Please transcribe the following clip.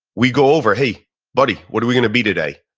we go over, hey buddy, what are we going to be today,